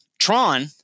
Tron